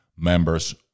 members